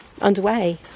Underway